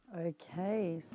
Okay